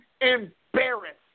embarrassed